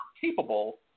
capable